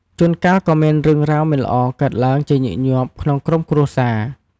ជួនកាលក៏មានរឿងរ៉ាវមិនល្អកើតឡើងជាញឹកញាប់ក្នុងក្រុមគ្រួសារ។